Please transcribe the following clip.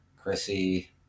Chrissy